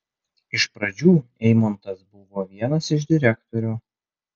iš pradžių eimontas buvo vienas iš direktorių